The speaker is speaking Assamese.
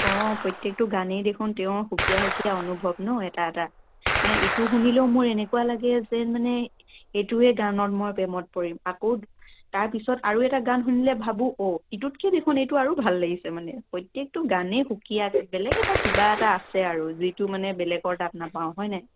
অ' প্ৰত্যেকটো গানেই দেখোন তেওঁ সুকীয়া সুকীয়া অনুভৱ ন এটা এটা মানে ইটো শুনলেও মোৰ এনেকুৱা লাগে যেন মানে এইটোৱে গানত মই প্ৰেমত পৰিম আকৌ তাৰ পিছত আৰু এটা গান শুনিলে ভাবো ও এইটোতকৈ দেখোন এইটো আৰু ভাল লাগিছে মানে প্ৰত্যকেটো গানেই সুকীয়া বেলেগ এটা কিবা এটা আছে আৰু যিটো মানে বেলেগৰ তাত নাপাওঁ হয় নাই